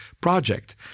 project